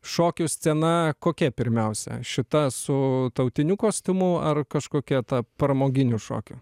šokių scena kokia pirmiausia šita su tautiniu kostiumu ar kažkokia ta pramoginių šokių